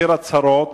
מצהיר הצהרות,